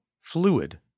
fluid